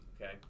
okay